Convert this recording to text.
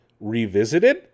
revisited